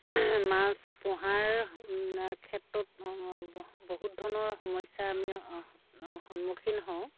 মাছ পোহাৰ ক্ষেত্ৰত বহুত ধৰণৰ সমস্যা আমি সন্মুখীন হওঁ